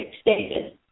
stated